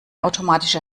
automatische